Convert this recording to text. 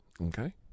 Okay